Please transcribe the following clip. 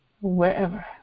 wherever